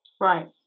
Right